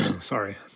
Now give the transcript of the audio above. Sorry